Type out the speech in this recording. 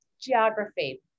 Geography